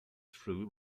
through